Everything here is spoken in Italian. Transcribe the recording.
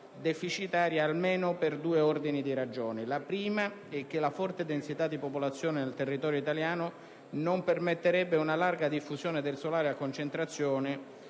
deficitaria almeno per due ragioni. La prima è che la forte densità di popolazione nel territorio italiano non permetterebbe una larga diffusione del solare a concentrazione,